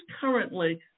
currently